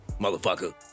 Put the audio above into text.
motherfucker